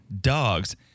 Dogs